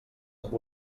amb